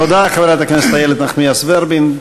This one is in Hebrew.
תודה, חברת הכנסת איילת נחמיאס ורבין.